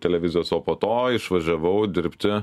televizijos o po to išvažiavau dirbti